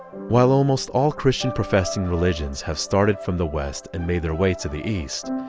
while almost all christian professing religions have started from the west and made their way to the east,